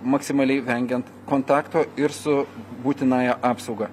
maksimaliai vengiant kontakto ir su būtinąja apsauga